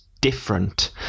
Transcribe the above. different